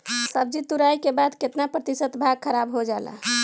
सब्जी तुराई के बाद केतना प्रतिशत भाग खराब हो जाला?